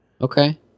Okay